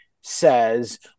says